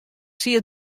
siet